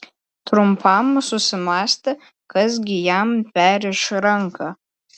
trumpam susimąstė kas gi jam perriš ranką